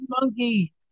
monkey